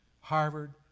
Harvard